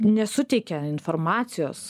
nesuteikia informacijos